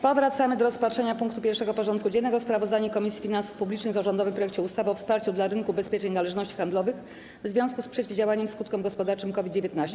Powracamy do rozpatrzenia punktu 1. porządku dziennego: Sprawozdanie Komisji Finansów Publicznych o rządowym projekcie ustawy o wsparciu dla rynku ubezpieczeń należności handlowych w związku z przeciwdziałaniem skutkom gospodarczym COVID-19.